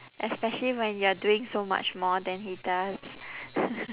especially when you're doing so much more than he does